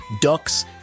ducks